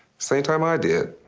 same time i did.